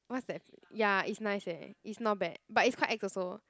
what's that ya it's nice eh it's not bad but it's quite ex also